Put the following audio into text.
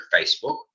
Facebook